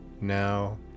now